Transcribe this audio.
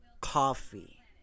coffee